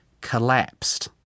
collapsed